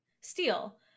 steel